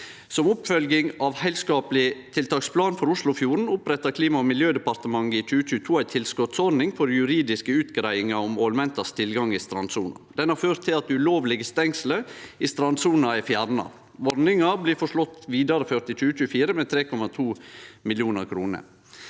Som oppfølging av heilskapleg tiltaksplan for Oslofjorden oppretta Klima- og miljødepartementet i 2022 ei tilskotsordning for juridiske utgreiingar om tilgangen for ålmenta i strandsona. Det har ført til at ulovlege stengsel i strandsona er fjerna. Ordninga blir føreslått vidareført i 2024 med 3,2 mill. kr.